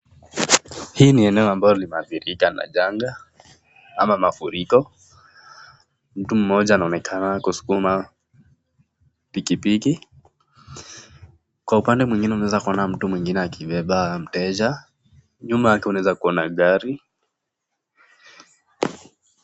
Hii ni eneo ambalo limeathirika na janga ama mafuriko. Mtu mmoja anaonekana kusukuma pikipiki. Kwa upande mwingine unaweza kumuona mtu akibeba mteja. Nyuma yake unaeza kuona gari.